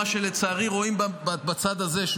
מה שלצערי רואים בצד הזה,